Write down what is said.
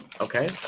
Okay